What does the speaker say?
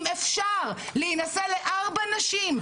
אם אפשר להינשא לארבע נשים,